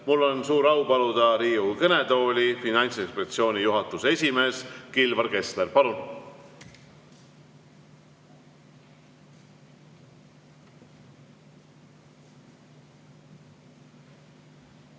Mul on suur au paluda Riigikogu kõnetooli Finantsinspektsiooni juhatuse esimees Kilvar Kessler. Palun!